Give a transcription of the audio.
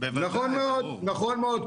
נכון מאוד.